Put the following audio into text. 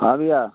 हाँ भैया